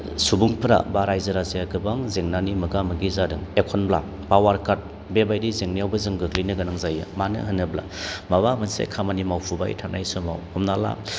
सुबुंफोरा बा रायजो राजाया गोबां जेंनानि मोगा मोगि जादों एखनब्ला पावार काट बेबायदि जेंनायावबो जों गोग्लैनो गोनां जायो मानो होनोब्ला माबा मोनसे खामानि मावफुबाय थानाय समाव हमना ला